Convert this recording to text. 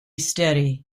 steady